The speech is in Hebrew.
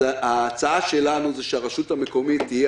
אז ההצעה שלנו היא שהרשות המקומית תהיה